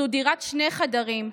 זו דירת שני חדרים,